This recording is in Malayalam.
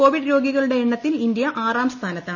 കോവിഡ് രോഗികളുടെ എണ്ണത്തിൽ ഇന്ത്യ ആറാം സ്ഥാനത്താണ്